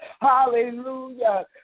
Hallelujah